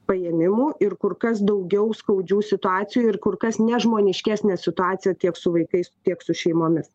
paėmimų ir kur kas daugiau skaudžių situacijų ir kur kas nežmoniškesnė situacija tiek su vaikais tiek su šeimomis